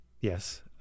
Yes